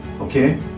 okay